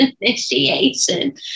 Initiation